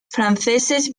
franceses